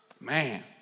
man